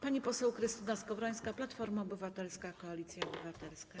Pani poseł Krystyna Skowrońska, Platforma Obywatelska - Koalicja Obywatelska.